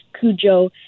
Cujo